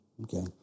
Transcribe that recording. Okay